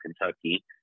Kentucky